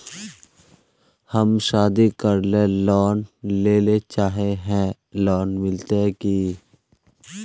हम शादी करले लोन लेले चाहे है लोन मिलते की?